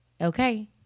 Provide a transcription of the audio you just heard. okay